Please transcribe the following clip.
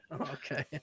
okay